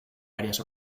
varias